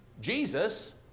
Jesus